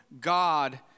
God